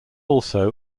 also